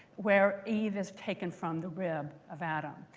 where eve is taken from the rib of adam.